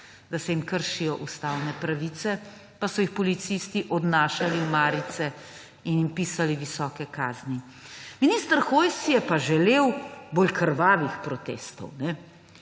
da se jim kršijo ustavne pravice, pa so jih policisti odnašali v marice in jim pisali visoke kazni. Minister Hojs si je pa želel bolj krvavih protestov.